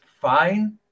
fine